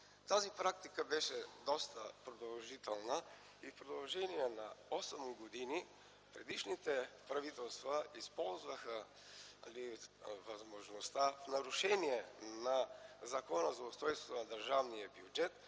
Тази практика беше доста продължителна и в продължение на осем години предишните правителства използваха възможността в нарушение на Закона за устройството на държавния бюджет